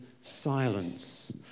silence